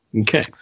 Okay